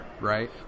right